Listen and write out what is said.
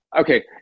Okay